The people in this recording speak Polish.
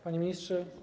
Panie Ministrze!